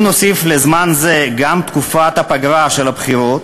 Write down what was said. אם נוסיף לזמן זה גם את תקופת הפגרה של הבחירות,